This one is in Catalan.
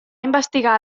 investigar